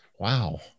Wow